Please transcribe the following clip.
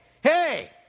hey